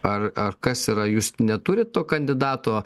ar ar kas yra jūs neturit to kandidato